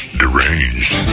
deranged